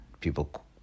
People